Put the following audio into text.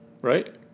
right